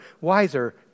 wiser